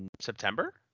September